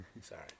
sorry